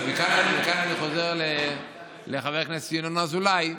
מכאן אני חוזר לחבר הכנסת ינון אזולאי.